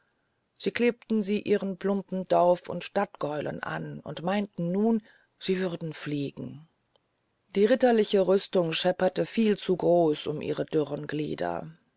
sie klebten sie ihren plumpen dorf und stadtgäulen an und bildeten sich nun ein sie würden fliegen die ritterliche rüstung schepperte als viel zu groß um ihre dürren glieder